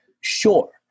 Sure